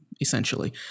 essentially